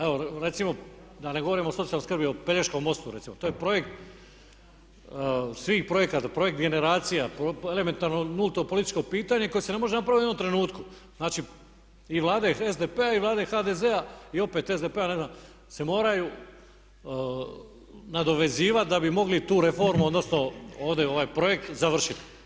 Evo recimo da ne govorimo o socijalnoj skrbi, o Pelješkom mostu recimo, to je projekt svih projekata, projekt generacija, to je elementarno nulto političko pitanje koje se ne može napraviti u jednom trenutku i Vlada iz SDP-a i Vlade HDZ-a i opet SDP-a se moraju nadovezivati da bi mogli tu reformu odnosno ovdje ovaj projekt završiti.